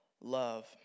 love